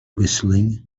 whistling